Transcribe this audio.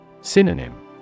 Synonym